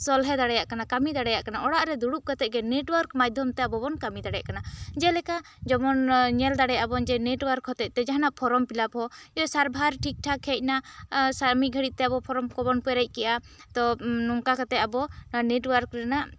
ᱥᱚᱞᱦᱮ ᱫᱟᱲᱮᱭᱟᱜ ᱠᱟᱱᱟ ᱠᱟᱹᱢᱤ ᱫᱟᱲᱮᱭᱟᱜ ᱠᱟᱱᱟ ᱚᱲᱟᱜ ᱨᱮ ᱫᱩᱲᱩᱵ ᱠᱟᱛᱮᱜᱮ ᱱᱮᱴᱣᱟᱹᱨᱠ ᱢᱟᱫᱷᱭᱚᱢ ᱛᱮ ᱟᱵᱚ ᱵᱚᱱ ᱠᱟᱹᱢᱤ ᱫᱟᱲᱮᱭᱟᱜ ᱠᱟᱱᱟ ᱡᱮᱞᱮᱠᱟ ᱡᱮᱢᱚᱱ ᱧᱮᱞ ᱫᱟᱲᱮᱭᱟᱜᱼᱟ ᱵᱚᱱ ᱡᱮ ᱱᱮᱴᱣᱟᱹᱨᱠ ᱦᱚᱛᱮᱛᱮ ᱡᱟᱦᱟᱱᱟᱜ ᱯᱷᱚᱨᱟᱢ ᱯᱷᱤᱞᱟᱯ ᱦᱚᱸ ᱥᱟᱨᱵᱷᱟᱨ ᱴᱷᱤᱠ ᱴᱷᱟᱠ ᱦᱮᱡ ᱮᱱᱟ ᱟᱨ ᱢᱤᱫ ᱜᱷᱟᱹᱲᱤᱡ ᱛᱮ ᱟᱵᱚ ᱯᱷᱚᱨᱚᱢ ᱠᱚ ᱵᱚᱱ ᱯᱮᱨᱮᱡ ᱠᱮᱫᱼᱟ ᱛᱚ ᱱᱚᱝᱠᱟ ᱠᱟᱛᱮ ᱟᱵᱚ ᱱᱮᱴᱣᱟᱨᱠ ᱨᱮᱱᱟᱜ